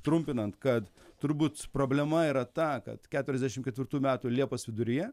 trumpinant kad turbūt problema yra ta kad keturiasdešim ketvirtų metų liepos viduryje